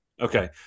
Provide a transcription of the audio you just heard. Okay